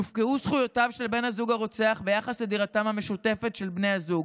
יופקעו זכויותיו של בן הזוג הרוצח ביחס לדירתם המשותפת של בני הזוג.